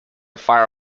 fire